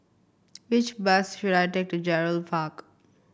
which bus should I take to Gerald Park